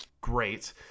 Great